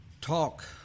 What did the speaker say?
talk